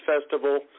Festival